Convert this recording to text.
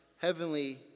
heavenly